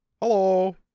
Hello